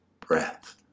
breath